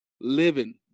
Living